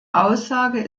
aussage